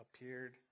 appeared